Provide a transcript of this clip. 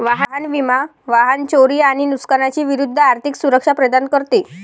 वाहन विमा वाहन चोरी आणि नुकसानी विरूद्ध आर्थिक सुरक्षा प्रदान करते